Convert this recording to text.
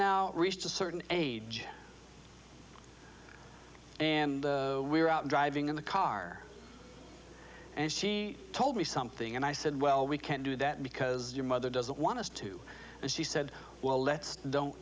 now reached a certain age and we were out driving in the car and she told me something and i said well we can't do that because your mother doesn't want us to and she said well let's don't